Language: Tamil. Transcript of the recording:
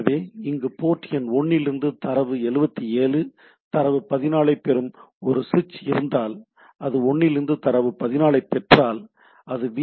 எனவே இங்கு போர்ட் எண் 1 இல் தரவு 77 தரவு 14 ஐப் பெறும் ஒரு சுவிட்ச் இருந்தால் அது 1 இலிருந்து தரவு14 ஐப் பெற்றால் அது வி